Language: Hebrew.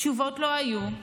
תשובות לא היו.